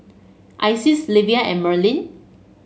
Isis Livia and Merlin